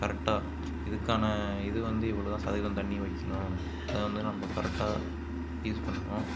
கரெக்டாக இதுக்கான இது வந்து இவ்வளோ தான் சதவீதம் தண்ணி வைக்கணும் அதை வந்து நம்ம கரெக்டாக யூஸ் பண்ணணும்